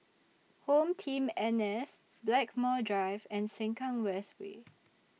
Home Team N S Blackmore Drive and Sengkang West Way